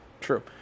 True